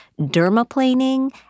dermaplaning